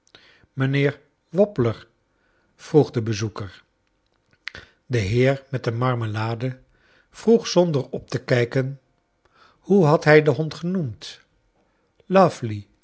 wobbler vroeg de bezoeker de heer met de marmelade vroeg zonder op te kijken hoe had hij den hond genoemd